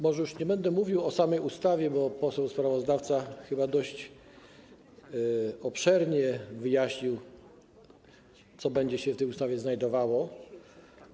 Może już nie będę mówił o samej ustawie, bo poseł sprawozdawca chyba dość obszernie wyjaśnił, co będzie się w niej znajdowało.